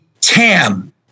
TAM